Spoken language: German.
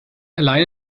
allein